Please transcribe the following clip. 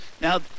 Now